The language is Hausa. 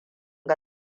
ga